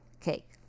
cake